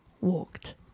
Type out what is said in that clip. walked